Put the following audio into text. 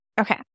Okay